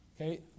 Okay